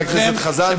חבר הכנסת חזן,